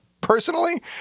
personally